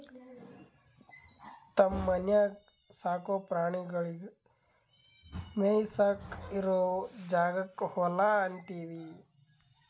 ತಮ್ಮ ಮನ್ಯಾಗ್ ಸಾಕೋ ಪ್ರಾಣಿಗಳಿಗ್ ಮೇಯಿಸಾಕ್ ಇರೋ ಜಾಗಕ್ಕ್ ಹೊಲಾ ಅಂತೀವಿ